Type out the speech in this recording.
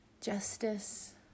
justice